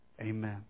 amen